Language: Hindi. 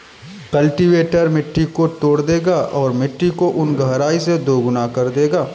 कल्टीवेटर मिट्टी को तोड़ देगा और मिट्टी को उन गहराई से दोगुना कर देगा